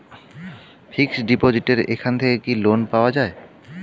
Fix ডিপোজিটের এখান থেকে কি লোন পাওয়া যায়?